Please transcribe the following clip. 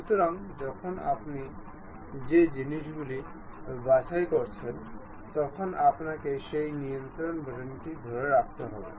সুতরাং যখন আপনি যে জিনিসগুলি বাছাই করছেন তখন আপনাকে সেই নিয়ন্ত্রণ বাটনটি ধরে রাখতে হবে